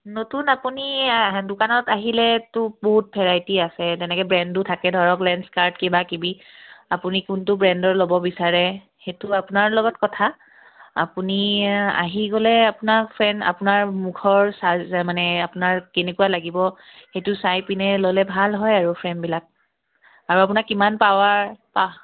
নতুন আপুনি দোকানত আহিলেতো বহুত ভেৰাইটি আছে তেনেকৈ ব্ৰেণ্ডো থাকে ধৰক লেন্স্কাৰ্ট কিবাকিবি আপুনি কোনটো ব্ৰেণ্ডৰ ল'ব বিচাৰে সেইটো আপোনাৰ লগত কথা আপুনি আহি গ'লে আপোনাৰ ফ্ৰেণ্ আপোনাৰ মুখৰ মানে আপোনাৰ কেনেকুৱা লাগিব সেইটো চাই পিনে ল'লে ভাল হয় আৰু ফ্ৰেমবিলাক আৰু আপোনাক কিমান পাৱাৰ প